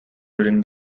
during